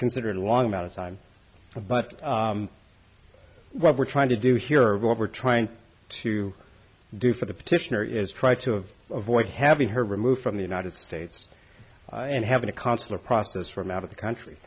considered a long amount of time but what we're trying to do here what we're trying to do for the petitioner is try to of avoid having her removed from the united states and having a consular process from out of the country